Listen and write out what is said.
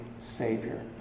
Savior